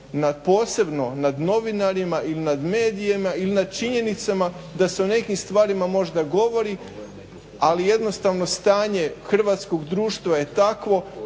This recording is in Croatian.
posebno nad novinarima ili nad medijima ili nad činjenicama da se o nekim stvarima možda govori ali jednostavno stanje hrvatskog društva je tako